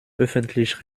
öffentlich